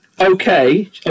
okay